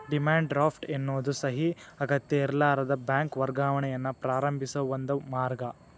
demand draft ಎನ್ನೋದು ಸಹಿ ಅಗತ್ಯಇರ್ಲಾರದ ಬ್ಯಾಂಕ್ ವರ್ಗಾವಣೆಯನ್ನ ಪ್ರಾರಂಭಿಸೋ ಒಂದ ಮಾರ್ಗ